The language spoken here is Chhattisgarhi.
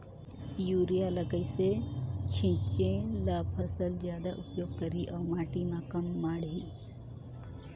युरिया ल कइसे छीचे ल फसल जादा उपयोग करही अउ माटी म कम माढ़ही?